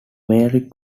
mary